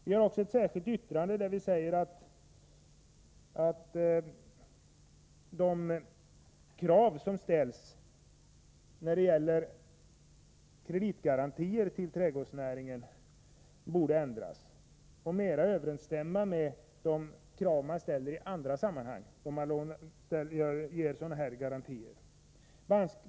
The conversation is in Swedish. Vi har också avgett ett särskilt yttrande där vi säger att de krav som ställs när det gäller kreditgarantier till trädgårdsnäringen borde ändras, så att de mera överensstämmer med de krav som ställs i andra sammahang då sådana garantier ges.